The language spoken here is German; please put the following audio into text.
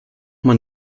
man